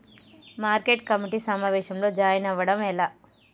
Market committee సమావేశంలో join అవ్వడం ఎలా?